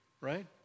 right